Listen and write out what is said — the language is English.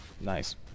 nice